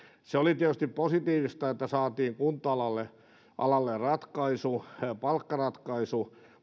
se oli tietysti positiivista että saatiin kunta alalle alalle palkkaratkaisu